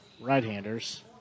right-handers